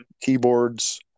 keyboards